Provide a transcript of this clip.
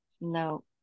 No